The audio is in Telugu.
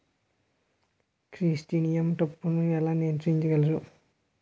క్రిసాన్తిమం తప్పును ఎలా నియంత్రించగలను?